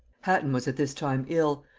hatton was at this time ill,